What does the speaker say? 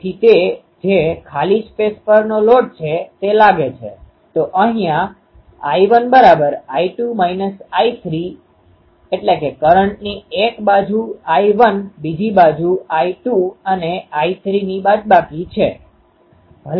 તેથી તે લોડ જે ખાલી સ્પેસ પરનો લોડ છે તે લાગે છે તો અહિયાં I1 I2 I3 કરંટની એક બાજુ I1 બીજી બાજુ I2 અને I3ની બાદબાકી છે